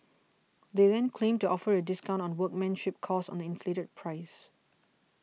they then claim to offer a discount on workmanship cost on the inflated price